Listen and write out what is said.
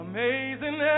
Amazing